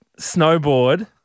snowboard